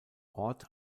ort